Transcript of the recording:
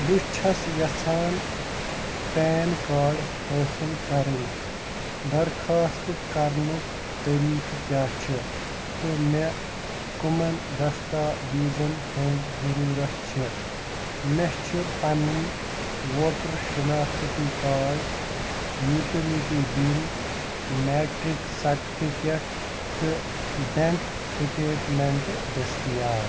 بہٕ چھَس یَژھان پین کارڈ حٲصِل کَرٕنۍ درخاست کَرنُک طریٖقہٕ کیٛاہ چھِ تہٕ مےٚ کٔمن دستاویٖزن ہٕنٛز ضروٗرت چھےٚ مےٚ چھ پنٕنۍ ووٹر شِناختی card utility bill matric certificate تہٕ بینک سِٹیٹمٮ۪نٛٹ دٔستیاب